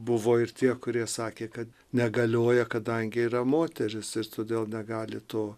buvo ir tie kurie sakė kad negalioja kadangi yra moteris ir todėl negali to